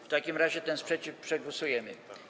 W takim razie ten sprzeciw przegłosujemy.